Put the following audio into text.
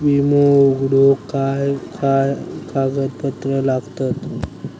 विमो उघडूक काय काय कागदपत्र लागतत?